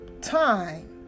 time